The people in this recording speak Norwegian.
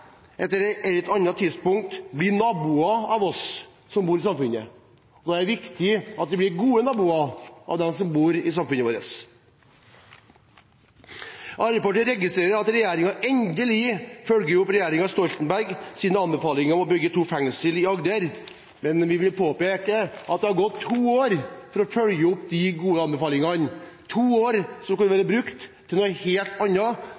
et eller annet tidspunkt bli naboer av oss som bor i samfunnet. Da er det viktig at de blir gode naboer av dem som bor i samfunnet vårt. Arbeiderpartiet registrerer at regjeringen endelig følger opp regjeringen Stoltenbergs anbefaling om å bygge to fengsler i Agder, men vi vil påpeke at det har tatt to år å følge opp de gode anbefalingene, to år som kunne vært brukt til noe helt